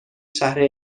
شهر